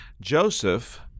Joseph